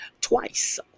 twice